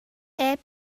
app